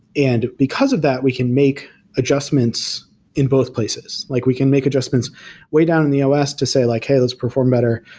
and because of that, we can make adjustments in both places. like we can make adjustments way down in the os to say like, hey, let's perform better.